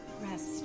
rest